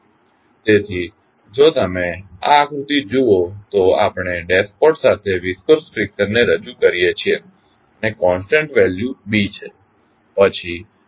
તેથી જો તમે આ આકૃતિ જુઓ તો આપણે ડેશપોટ સાથે વિસ્કોસ ફ્રીકશનને રજૂ કરીએ છીએ અને કોન્સટન્ટ વેલ્યુ B છે